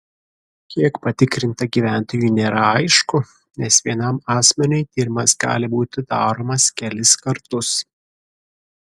kiek patikrinta gyventojų nėra aišku nes vienam asmeniui tyrimas gali būti daromas kelis kartus